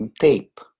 tape